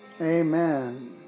Amen